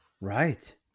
right